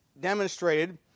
demonstrated